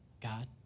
God